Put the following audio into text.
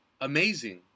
Amazing